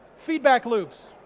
feedback loops,